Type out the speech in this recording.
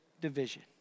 division